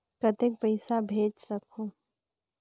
कतेक पइसा भेज सकहुं?